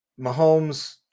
Mahomes